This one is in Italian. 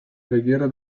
preghiera